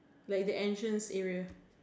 like the entrance area